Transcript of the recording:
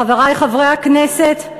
חברי חברי הכנסת,